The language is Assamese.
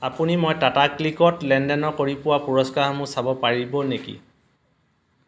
আপুনি মই টাটা ক্লিকত লেনদেন কৰি পোৱা পুৰস্কাৰসমূহ চাব পাৰিব নেকি